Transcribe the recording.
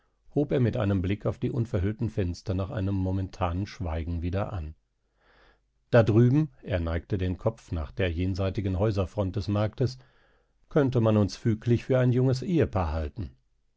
hob er mit einem blick auf die unverhüllten fenster nach einem momentanen schweigen wieder an da drüben er neigte den kopf nach der jenseitigen häuserfront des marktes könnte man uns füglich für ein junges ehepaar halten